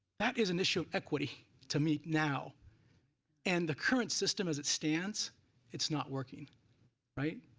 that is an issue of equity to me now and the current system as it stands it's not working right?